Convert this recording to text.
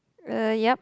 uh yeap